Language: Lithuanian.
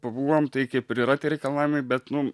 pabuvom tai kaip ir yra tie reikalavimai bet nu